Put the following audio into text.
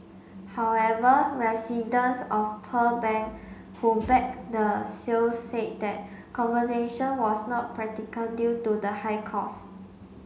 however residents of Pearl Bank who backed the sale said that conversation was not practical due to the high cost